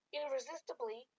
irresistibly